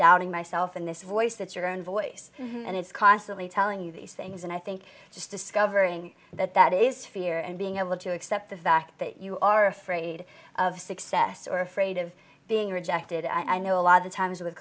doubting myself and this voice that your own voice and it's constantly telling you these things and i think just discovering that that is fear and being able to accept the fact that you are afraid of success or afraid of being rejected i know a lot of times with